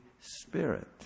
Spirit